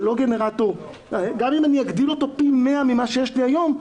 גם אם אני אגדיל אותו פי מאה ממה שיש לי היום,